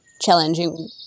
challenging